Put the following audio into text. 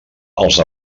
els